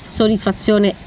soddisfazione